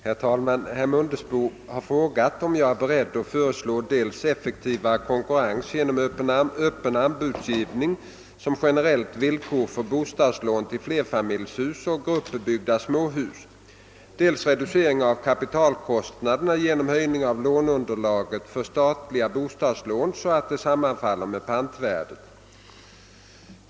Herr talman! Herr Mundebo har frågat om jag är beredd att föreslå dels effektivare konkurrens genom öppen anbudsgivning som generellt villkor för bostadslån till flerfamiljshus och gruppbyggda småhus, dels reducering av kapitalkostnaderna genom höjning av låneunderlaget för statliga bostadslån så att det sammanfaller med pantvärdet.